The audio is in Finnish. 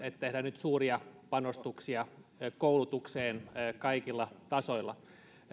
että tehdään nyt suuria panostuksia koulutukseen kaikilla tasoilla